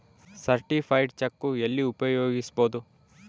Certified cheque ಎಲ್ಲಿ ಉಪಯೋಗಿಸ್ಬೋದು?